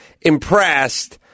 impressed